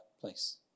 place